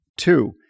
Two